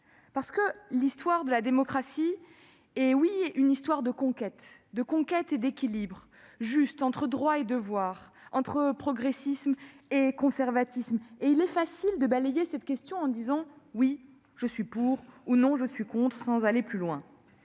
parce que l'histoire de la démocratie est une histoire de conquêtes, de juste équilibre entre droits et devoirs, entre progressisme et conservatisme. Il est facile de balayer cette question en disant :« Oui, je suis pour !» ou « Non, je suis contre !», sans aller plus loin.